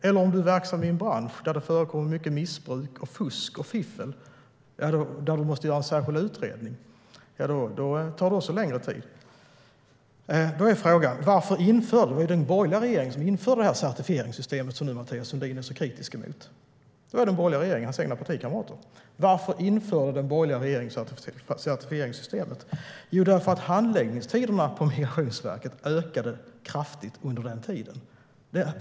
Om man är verksam i en bransch där det förekommer mycket missbruk, fusk och fiffel och det därför måste göras en särskild utredning, då tar det också längre tid. Det var den borgerliga regeringen som införde det certifieringssystem som Mathias Sundin är så kritisk mot. Det var alltså hans egna partikamrater. Varför införde den borgerliga regeringen certifieringssystemet? Jo, för att handläggningstiderna på Migrationsverket ökade kraftigt under den tiden.